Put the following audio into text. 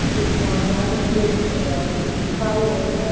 we formed one group around each priority,